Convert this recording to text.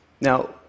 Now